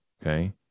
okay